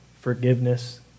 forgiveness